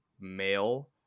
male